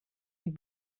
die